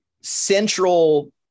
central